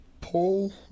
Paul